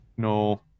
No